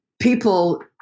people